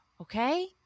okay